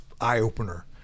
eye-opener